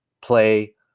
play